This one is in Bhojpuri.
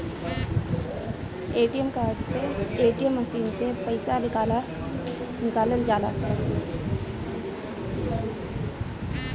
ए.टी.एम कार्ड से ए.टी.एम मशीन से पईसा निकालल जाला